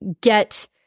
get